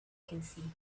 vacancy